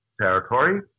territory